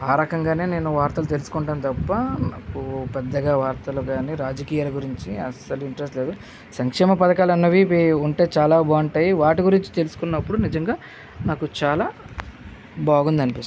ఆ రకంగానే నేను వార్తలు తెలుసుకుంటాను తప్ప నాకు పెద్దగా వార్తలు కానీ రాజకీయాలు గురించి అస్సలు ఇంట్రెస్టు లేదు సంక్షేమ పథకాలు అన్నవి ఉంటే చాలా బాగుంటాయి వాటి గురించి తెలుసుకున్నప్పుడు నిజంగా నాకు చాలా బాగుంది అనిపిస్తుంది